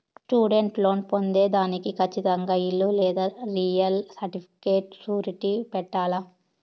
student loan పొందేదానికి కచ్చితంగా ఇల్లు లేదా రియల్ సర్టిఫికేట్ సూరిటీ పెట్టాల్ల